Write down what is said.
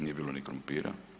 Nije bilo ni krumpira.